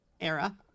era